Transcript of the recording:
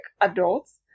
adults